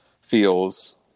feels